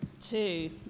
Two